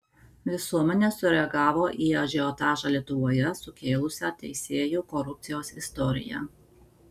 visuomenė sureagavo į ažiotažą lietuvoje sukėlusią teisėjų korupcijos istoriją